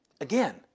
Again